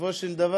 בסופו של דבר,